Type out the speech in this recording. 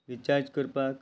recharge करपाक